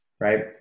Right